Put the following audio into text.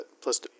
plus